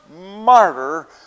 martyr